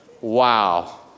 Wow